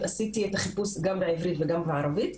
עשיתי את החיפוש גם בעברית וגם בערבית.